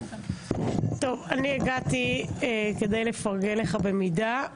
הגעתי כדי לפרגן לך במידה,